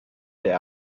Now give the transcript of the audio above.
der